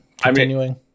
continuing